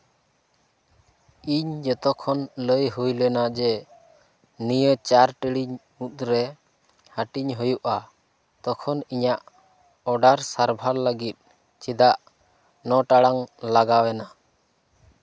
ᱤᱧ ᱡᱚᱛᱚᱠᱷᱚᱱ ᱞᱟᱹᱭ ᱦᱩᱭ ᱞᱮᱱᱟ ᱡᱮ ᱱᱤᱭᱟᱹ ᱪᱟᱨ ᱴᱤᱲᱤᱝ ᱢᱩᱫᱽᱨᱮ ᱦᱟᱹᱴᱤᱧ ᱦᱩᱭᱩᱜᱼᱟ ᱛᱚᱠᱷᱚᱱ ᱤᱧᱟᱹᱜ ᱚᱰᱟᱨ ᱥᱟᱨᱵᱷᱟᱨ ᱞᱟᱹᱜᱤᱫ ᱪᱮᱫᱟᱜ ᱱᱚ ᱴᱟᱲᱟᱝ ᱞᱟᱜᱟᱣ ᱮᱱᱟ